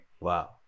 Wow